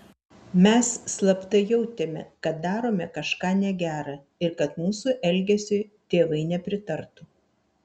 mes slapta jautėme kad darome kažką negera ir kad mūsų elgesiui tėvai nepritartų